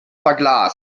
verglast